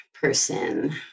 person